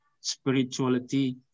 spirituality